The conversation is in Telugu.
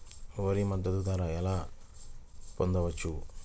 వరి మద్దతు ధర ఎలా పొందవచ్చు?